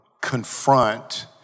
confront